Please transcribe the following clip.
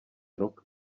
rok